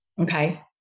okay